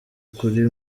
kuri